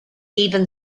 even